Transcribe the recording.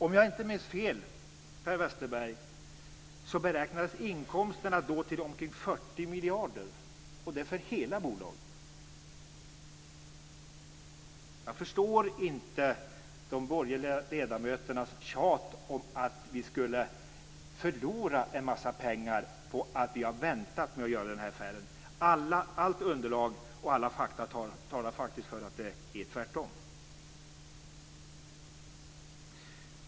Om jag inte minns fel, Per Westerberg, beräknades inkomsterna då till omkring 40 miljarder, och det för hela bolaget. Jag förstår inte de borgerliga ledamöternas tjat om att vi förlorat en massa pengar på att vi har väntat med att göra den här affären. Allt underlag och alla fakta talar för att det är tvärtom.